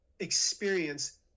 experience